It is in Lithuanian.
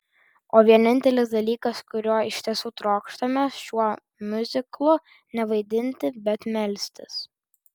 o vienintelis dalykas kurio iš tiesų trokštame šiuo miuziklu ne vaidinti bet melstis